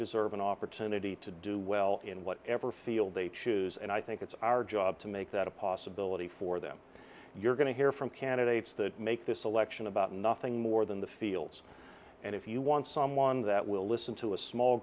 deserve an opportunity to do well in whatever field they choose and i think it's our job to make that a possibility for them you're going to hear from candidates that make this election about nothing more than the fields and if you want someone that will listen to a small